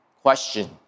question